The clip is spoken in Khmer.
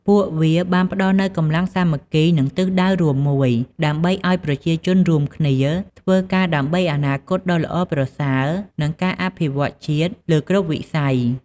ពួកវាបានផ្តល់នូវ កម្លាំងសាមគ្គី និង ទិសដៅរួម មួយ ដើម្បីឲ្យប្រជាជនរួមគ្នាធ្វើការដើម្បី អនាគតដ៏ល្អប្រសើរ និង ការអភិវឌ្ឍន៍ជាតិ លើគ្រប់វិស័យ។